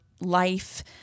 life